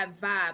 vibe